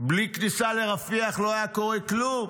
בלי כניסה לרפיח לא היה קורה כלום.